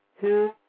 two